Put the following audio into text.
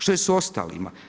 Što je s ostalima?